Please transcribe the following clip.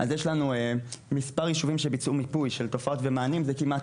יש לנו מספר יישובים שביצעו מיפוי של תופעות ומענים,